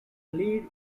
lead